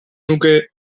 nuke